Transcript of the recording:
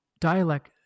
dialect